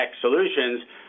solutions